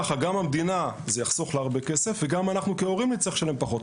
זה יחסוך הרבה כסף למדינה וגם אנחנו כהורים נצטרך לשלם פחות.